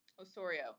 Osorio